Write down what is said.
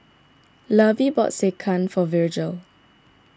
Lovie bought Sekihan for Virgel